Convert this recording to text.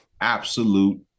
absolute